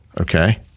okay